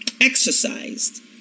exercised